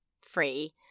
free